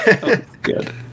Good